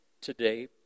today